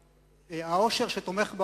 העושר שתומך בעושר.